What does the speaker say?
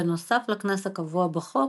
בנוסף לקנס הקבוע בחוק,